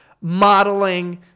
modeling